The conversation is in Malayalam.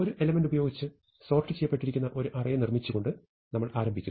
ഒരു എലെമെന്റ് ഉപയോഗിച്ച് സോർട്ട് ചെയ്യപ്പെട്ടിരിക്കുന്ന ഒരു അറേ നിർമ്മിച്ചുകൊണ്ട് നമ്മൾ ആരംഭിക്കുന്നു